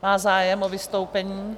Má zájem o vystoupení?